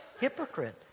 Hypocrite